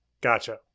Gotcha